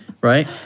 right